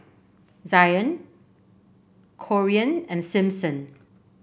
Zion Corean and Simpson